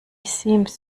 seems